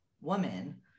woman